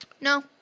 No